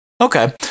Okay